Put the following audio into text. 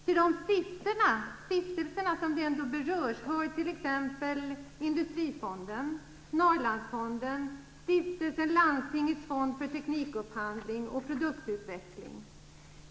Till de stiftelser som berörs hör t.ex. Industrifonden, Norrlandsfonden, Stiftelsen landstingens fond för teknikupphandling och produktutveckling.